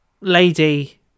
lady